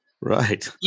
Right